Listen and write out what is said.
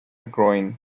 groin